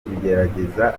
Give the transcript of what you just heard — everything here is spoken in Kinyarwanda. kubigerageza